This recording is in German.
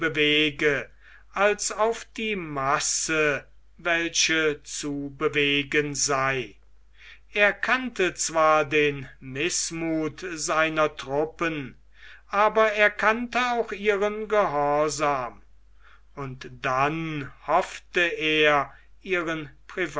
als auf die masse welche zu bewegen sei er kannte zwar den mißmuth seiner truppen aber er kannte auch ihren gehorsam und dann hoffte er ihren